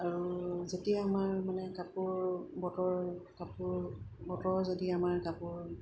আৰু যেতিয়া আমাৰ মানে কাপোৰ বতৰ কাপোৰ বতৰ যদি আমাৰ কাপোৰ